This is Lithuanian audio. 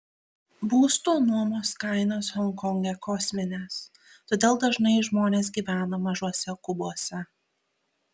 būsto nuomos kainos honkonge kosminės todėl dažnai žmonės gyvena mažuose kubuose